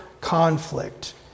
conflict